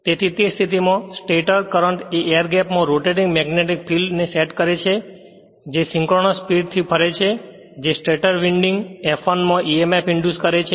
તેથી તે સ્થિતિમાં સ્ટેટર કરંટ એ એર ગેપમાં રોટેટિંગ મેગ્નેટીક ફિલ્ડ ને સેટ કરે છે જે સિંક્રનસ સ્પીડ થી ફરે છે જે સ્ટેટર વિન્ડિંગ F1 માં emf ઇંડ્યુસ કરે છે